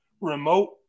remote